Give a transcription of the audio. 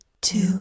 two